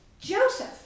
Joseph